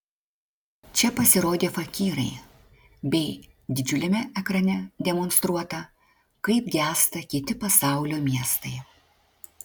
čia pasirodė fakyrai bei didžiuliame ekrane demonstruota kaip gęsta kiti pasaulio miestai